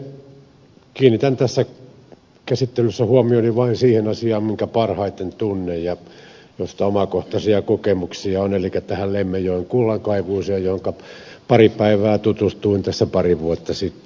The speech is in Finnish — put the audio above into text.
kiinnitän tässä käsittelyssä huomioni vain siihen asiaan minkä parhaiten tunnen ja josta omakohtaisia kokemuksia on elikkä lemmenjoen kullankaivuun johonka pari päivää tutustuin pari vuotta sitten